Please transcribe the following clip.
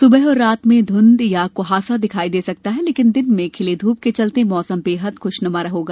सुबह और रात में धूंध या कहासा दिखाई दे सकता है लेकिन दिन में खिली धूप के चलते मौसम बेहद खुशनुमा होगा